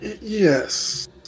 Yes